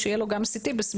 שיהיה לו גם CT בסמיכות,